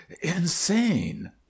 insane